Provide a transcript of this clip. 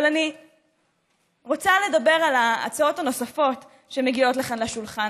אבל אני רוצה לדבר על ההצעות הנוספות שמגיעות לכאן לשולחן.